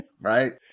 right